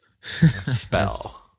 spell